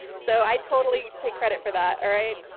so i totally take credit for that, all right?